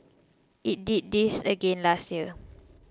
it did this again last year